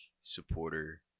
supporter